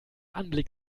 anblick